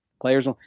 Players